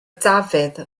dafydd